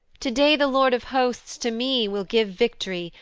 to-day the lord of hosts to me will give vict'ry,